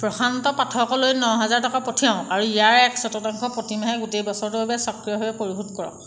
প্ৰশান্ত পাঠকলৈ ন হাজাৰ টকা পঠিয়াওক আৰু ইয়াৰ এক চতুৰ্থাংশ প্ৰতিমাহে গোটেই বছৰটোৰ বাবে স্বক্ৰিয়ভাৱে পৰিশোধ কৰক